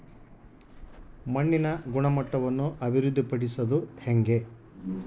ಮಣ್ಣಿನ ಗುಣಮಟ್ಟವನ್ನು ಅಭಿವೃದ್ಧಿ ಪಡಿಸದು ಹೆಂಗೆ?